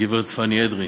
הגברת פאני אדרי,